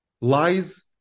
lies